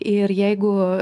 ir jeigu